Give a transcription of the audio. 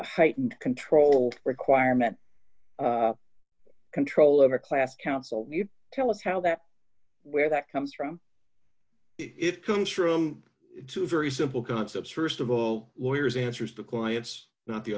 a heightened control requirement control over class counsel you tell us how that where that comes from it comes from two very simple concepts st of all lawyers answers to clients not the